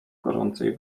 gorącej